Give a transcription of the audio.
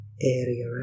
area